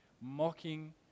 mocking